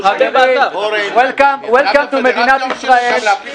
Welcome to מדינת ישראל.